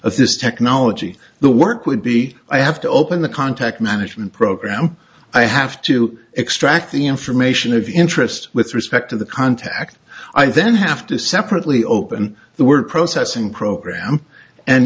of this technology the work would be i have to open the contact management program i have to extract the information of interest with respect to the contact i then have to separately open the word processing program and